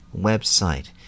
website